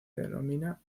denomina